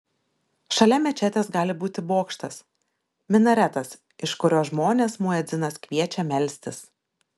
šalia mečetės gali būti bokštas minaretas iš kurio žmones muedzinas kviečia melstis